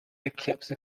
eclipse